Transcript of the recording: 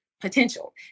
potential